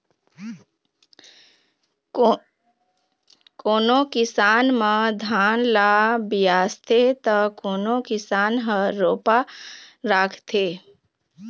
कोनो किसान मन धान ल बियासथे त कोनो किसान ह रोपा राखथे